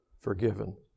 forgiven